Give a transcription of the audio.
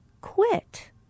quit